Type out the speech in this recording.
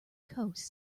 coast